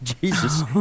Jesus